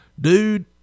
dude